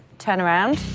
turn around.